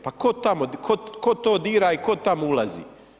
Pa ko to dira i ko tamo ulazi?